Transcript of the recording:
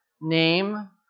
name